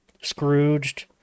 Scrooged